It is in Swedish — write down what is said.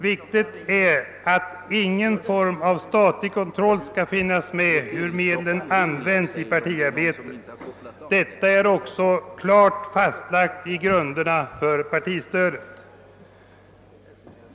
Viktigt är också att ingen form av statlig kontroll finns för medlens användning i partiarbetet. Detta är även klart fastlagt i grunderna för partistödet.